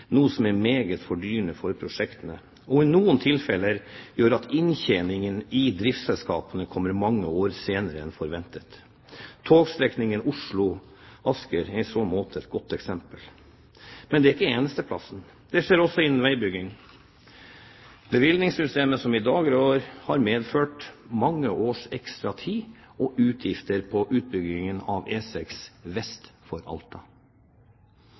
noe som er meget fordyrende for prosjektene og i noen tilfeller gjør at inntjeningen i driftsselskapene kommer mange år senere enn forventet. Togstrekningen Oslo–Asker er i så måte et godt eksempel. Men det er ikke det eneste. Det skjer også innen veibygging. Det bevilgningssystemet som i dag rår, har medført mange års ekstra tid og utgifter til utbyggingen av E6 vest for Alta.